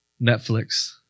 Netflix